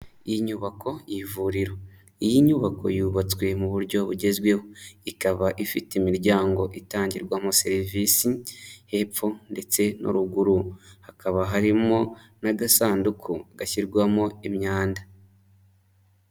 Iyi nyubako y'ivuriro, iyi nyubako yubatswe mu buryo bugezweho ikaba ifite imiryango itangirwamo serivisi hepfo ndetse no ruguru, hakaba harimo n'agasanduku gashyirwamo imyanda.